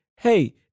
Hey